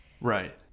Right